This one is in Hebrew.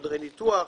חדרי ניתוח.